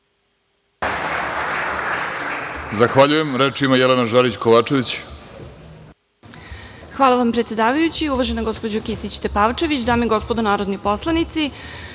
Kovačević. **Jelena Žarić Kovačević** Hvala vam predsedavajući. Uvažena gospođo Kisić Tepavčević, dame i gospodo narodni poslanici,